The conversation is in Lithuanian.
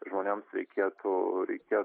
žmonėms reikėtų reikės